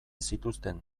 zituzten